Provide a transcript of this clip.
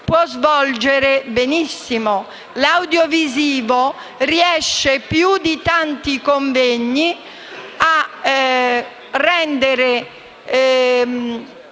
L’audiovisivo riesce, più di tanti convegni, a rendere